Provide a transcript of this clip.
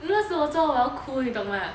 你懂那时候我做到我要哭你懂吗